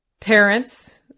parents